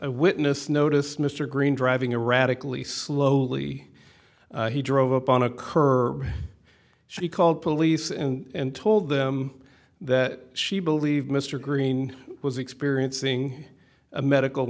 a witness noticed mr green driving erratically slowly he drove up on occur she called police and told them that she believed mr green was experiencing a medical